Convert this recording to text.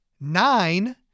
nine